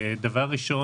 ראשית,